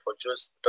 produce